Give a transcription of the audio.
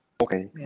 Okay